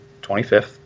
25th